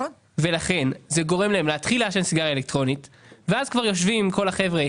לכן זה גורם להם להתחיל לעשן סיגריה אלקטרונית ואז כבר יושבים כל החבר'ה